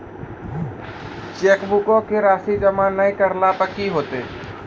चेकबुको के राशि जमा नै करला पे कि होतै?